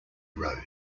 road